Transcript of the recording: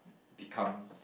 become